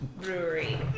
Brewery